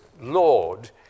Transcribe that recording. Lord